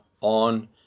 on